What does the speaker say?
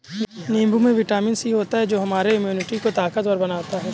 नींबू में vitamin C होता है जो हमारे इम्यूनिटी को ताकतवर बनाता है